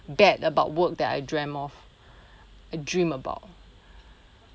bad about work that I dreamt of I dream about